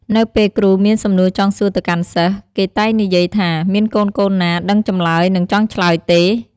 នៅពេលគ្រូមានសំណួរចង់សួរទៅកាន់សិស្ស គេតែងនិយាយថា មានកូនៗណា ដឹងចម្លើយ និងចង់ឆ្លើយទេ។